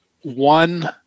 one